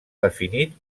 definit